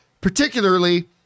particularly